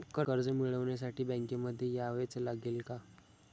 कर्ज मिळवण्यासाठी बँकेमध्ये यावेच लागेल का?